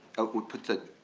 would put it,